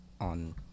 on